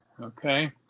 Okay